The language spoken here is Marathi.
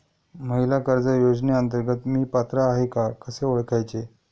महिला कर्ज योजनेअंतर्गत मी पात्र आहे का कसे ओळखायचे?